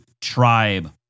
tribe